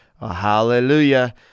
Hallelujah